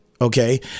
Okay